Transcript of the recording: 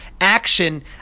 action